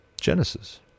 Genesis